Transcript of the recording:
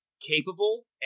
capable